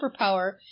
superpower